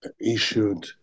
issued